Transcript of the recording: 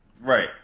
Right